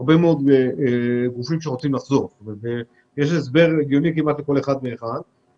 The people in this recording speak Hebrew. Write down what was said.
הרבה מאוד גופים שרוצים לחזור ויש הסבר הגיוני כמעט לכל אחד ואחד,